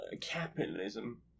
capitalism